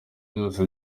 byose